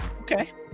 Okay